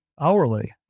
hourly